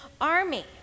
army